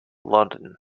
london